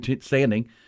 standing